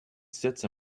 sits